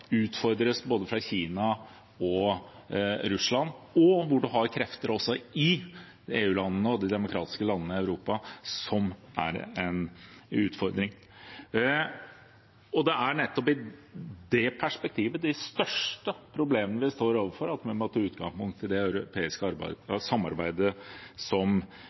utfordres fra både Kina og Russland, og hvor man også i EU-landene og de demokratiske landene i Europa har krefter som er en utfordring. Det er nettopp i det perspektivet – de største problemene vi står overfor – at vi må ta utgangspunkt i det europeiske samarbeidet som